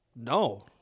No